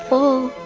ow!